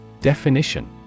Definition